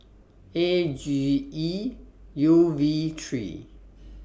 A G E U V three